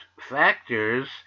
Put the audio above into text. factors